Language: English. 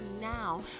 now